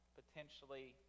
potentially